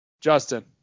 Justin